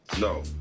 no